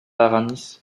aramis